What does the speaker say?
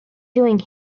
doing